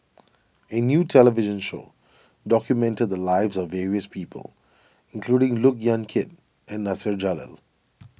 a new television show documented the lives of various people including Look Yan Kit and Nasir Jalil